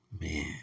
Man